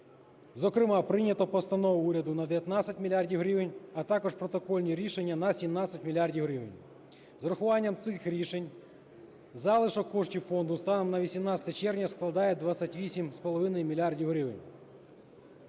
Зокрема, прийнято постанову уряду на 19 мільярдів гривень, а також протокольні рішення на 17 мільярдів гривень. З урахуванням цих рішень залишок коштів фонду станом на 18 червня складає 28,5 мільярда